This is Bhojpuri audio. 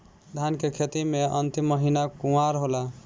धान के खेती मे अन्तिम महीना कुवार होला?